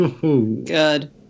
good